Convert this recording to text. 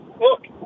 look